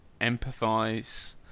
empathize